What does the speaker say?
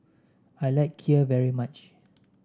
I like kheer very much